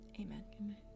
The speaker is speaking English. Amen